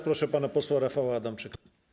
Proszę pana poseł Rafała Adamczyka.